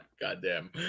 Goddamn